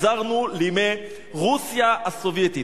חזרנו לימי רוסיה הסובייטית.